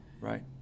right